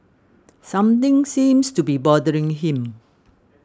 something seems to be bothering him